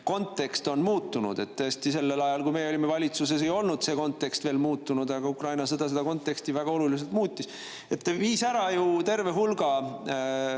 kontekst on muutunud – tõesti, sellel ajal, kui meie olime valitsuses, ei olnud see kontekst veel muutunud, aga Ukraina sõda seda konteksti väga oluliselt muutis –, viidi ära ju terve hulk